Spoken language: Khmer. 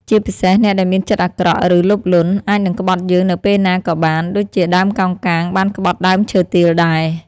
ជាពិសេស អ្នកដែលមានចិត្តអាក្រក់ ឬលោភលន់ អាចនឹងក្បត់យើងនៅពេលណាក៏បាន ដូចជាដើមកោងកាងបានក្បត់ដើមឈើទាលដែរ។